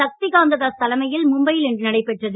சக்திகந்த தாஸ் தலைமையில் மும்பையில் இன்று நடைபெற்றது